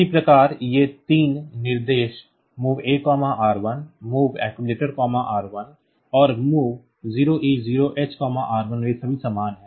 इसी प्रकार ये तीन निर्देश MOV A R1 तब MOV acc R1 और MOV 0e0h r1 वे सभी समान हैं